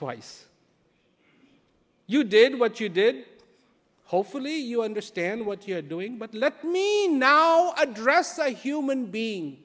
twice you did what you did hopefully you understand what you're doing but let me in now address a human being